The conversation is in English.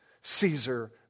Caesar